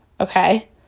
okay